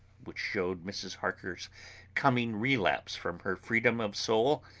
which showed mrs. harker's coming relapse from her freedom of soul,